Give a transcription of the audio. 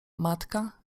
matka